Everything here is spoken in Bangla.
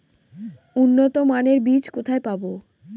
উন্নতমানের বীজ কোথায় পাব?